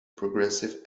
progressive